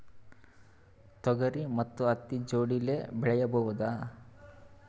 ತೊಗರಿ ಮತ್ತು ಹತ್ತಿ ಜೋಡಿಲೇ ಬೆಳೆಯಬಹುದಾ?